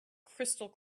crystal